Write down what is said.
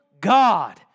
God